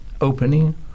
opening